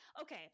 Okay